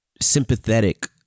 sympathetic